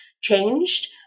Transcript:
changed